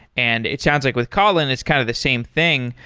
and it sounds like with kotlin, it's kind of the same thing.